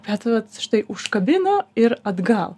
bet vat štai užkabino ir atgal